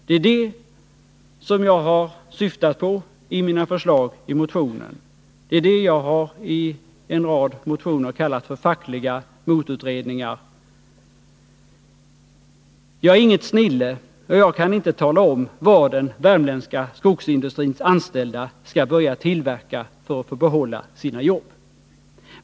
Det är det som jag har syftat på i mina förslag i motionen och som jag i en rad motioner kallat för fackliga motutredningar. Jag är inget snille, och jag kan inte tala om vad den värmländska skogsindustrins anställda skall börja tillverka för att få behålla sina jobb.